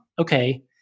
okay